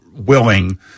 willing